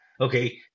okay